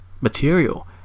material